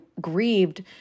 grieved